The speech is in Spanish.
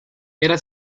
era